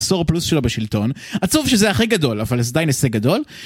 עשור פלוס שלו בשלטון, עצוב שזה הכי גדול אבל זה עדיין הישג גדול